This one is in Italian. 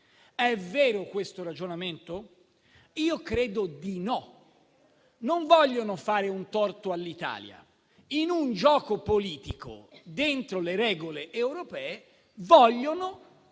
È vero, questo ragionamento? Io credo di no. Non vogliono fare un torto all'Italia; in un gioco politico, dentro le regole europee, vogliono